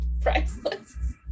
priceless